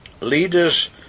Leaders